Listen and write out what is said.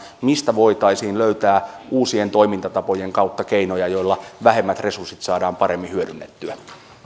mistä voitaisiin löytää uusien toimintatapojen kautta keinoja joilla vähemmät resurssit saadaan paremmin hyödynnettyä